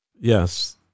yes